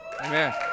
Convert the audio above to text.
Amen